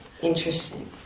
interesting